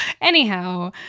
Anyhow